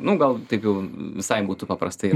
nu gal taip jau visai būtų paprastai